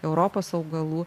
europos augalų